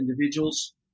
individuals